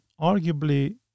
arguably